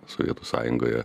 sovietų sąjungoje